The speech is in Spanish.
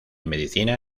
medicina